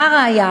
והראיה,